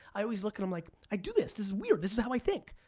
i always look at them, like i do this, this is weird, this is how i think,